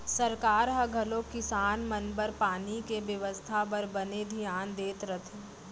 सरकार ह घलौक किसान मन बर पानी के बेवस्था बर बने धियान देत रथे